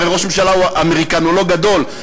הרי ראש הממשלה אמריקנולוג גדול,